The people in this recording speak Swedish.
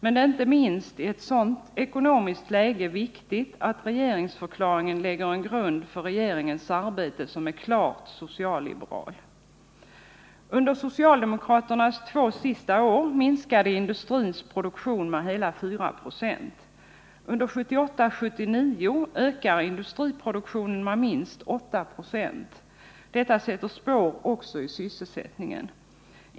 Men det är inte minst i ett sådant ekonomiskt läge viktigt att regeringsförklaringen lägger en grund för regeringens arbete som är klart socialliberal. Under socialdemokraternas två sista regeringsår minskade industrins produktion med hela 4 96. Under 1978-1979 ökar industriproduktionen med minst 8 26. Detta sätter spår också i sysselsättningen.